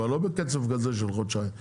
אבל לא בקצב כזה של חודשיים.